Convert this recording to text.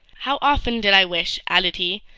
how often did i wish, added he,